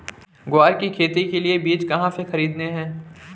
ग्वार की खेती के लिए बीज कहाँ से खरीदने हैं?